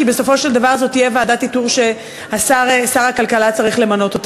כי בסופו של דבר זו תהיה ועדת איתור ששר הכלכלה צריך למנות.